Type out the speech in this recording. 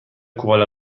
کوالا